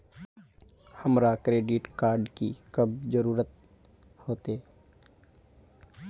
हमरा credit card की कब जरूरत होते?